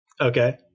okay